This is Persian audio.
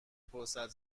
پرسد